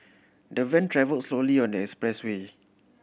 the van travelled slowly on the expressway